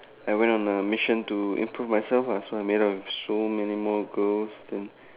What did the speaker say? I went on a mission to improve myself lah so I made out with so many more girls then